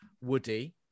Woody